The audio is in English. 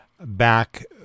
back